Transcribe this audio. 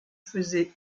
faisaient